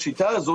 בשיטה הזאת,